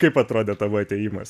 kaip atrodė tavo atėjimas